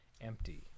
empty